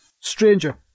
Stranger